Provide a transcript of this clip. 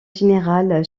général